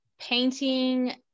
Painting